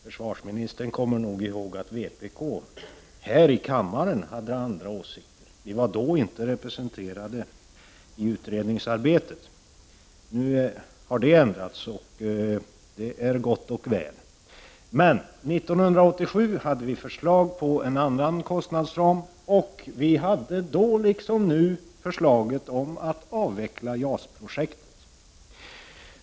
Försvarsministern kommer nog ihåg att vpk här i kammaren hade andra åsikter; vi var då inte representerade i utredningsarbetet. Nu har det ändrats och det är gott och väl. Men år 1987 förelåg förslag om en annan kostnadsram. Vi i vpk hade då liksom nu föreslagit att JAS-projektet skulle avvecklas.